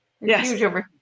Yes